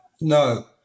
No